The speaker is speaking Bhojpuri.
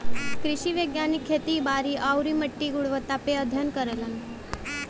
कृषि वैज्ञानिक खेती बारी आउरी मट्टी के गुणवत्ता पे अध्ययन करलन